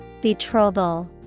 Betrothal